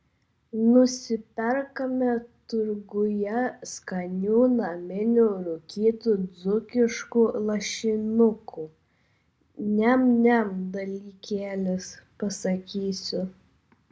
nusiperkame turguje skanių naminių rūkytų dzūkiškų lašinukų niam niam dalykėlis pasakysiu